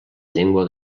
llengua